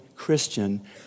Christian